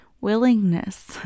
willingness